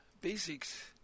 basics